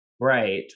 right